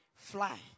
fly